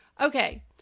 Okay